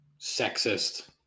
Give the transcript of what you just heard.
sexist